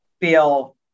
feel